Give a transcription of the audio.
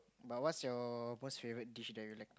but what's your most favourite dish that you like